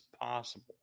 possible